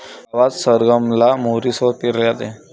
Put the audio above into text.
गावात सरगम ला मोहरी सोबत पेरले जाते